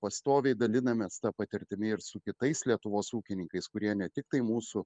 pastoviai dalinamės patirtimi ir su kitais lietuvos ūkininkais kurie ne tiktai mūsų